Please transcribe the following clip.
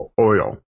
oil